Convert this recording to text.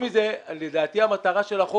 בגלל שהיא תקציבית?